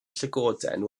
llygoden